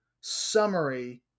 summary